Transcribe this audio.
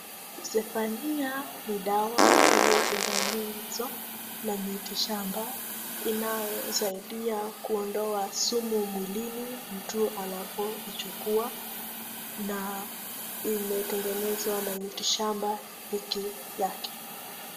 Zefania ni dawa iliyotengenezwa na miti shamba inayosaidia kuondoa sumu mwilini mtu anapoichukua na imetengenezwa na miti shamba peke yake.